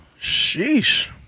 Sheesh